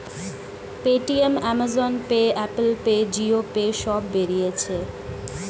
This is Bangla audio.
Paytm, Amazon Pay, Apple Pay, Jio Pay সব বেরিয়েছে